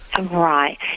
Right